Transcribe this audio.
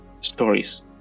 stories